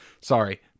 sorry